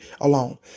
alone